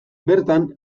bertan